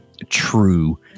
True